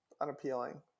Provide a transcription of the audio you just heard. unappealing